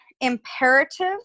imperative